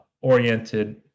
oriented